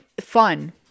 fun